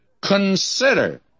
consider